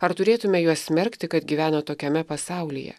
ar turėtume juos smerkti kad gyveno tokiame pasaulyje